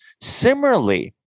Similarly